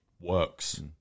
works